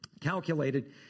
calculated